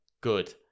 Good